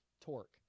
torque